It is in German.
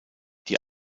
die